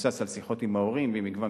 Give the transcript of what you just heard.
מבוסס על שיחות עם ההורים ועם מגוון